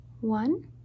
One